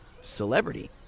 celebrity